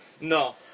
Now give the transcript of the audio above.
No